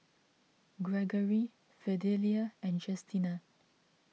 Gregory Fidelia and Justina